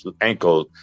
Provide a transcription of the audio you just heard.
ankle